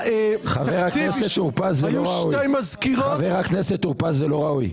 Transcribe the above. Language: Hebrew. חבר הכנסת טור פז, זה לא ראוי.